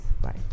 bye